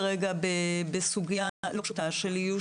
אנחנו נמצאים כרגע בסוגיה לא פשוטה של איוש